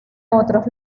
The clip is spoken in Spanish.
otros